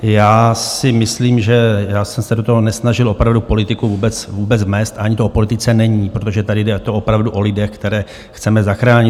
Já si myslím, že jsem se do toho nesnažil opravdu politiku vůbec vnést, ani to o politice není, protože tady je to opravdu o lidech, které chceme zachránit.